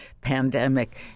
pandemic